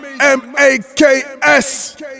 M-A-K-S